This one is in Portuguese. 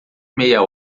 meia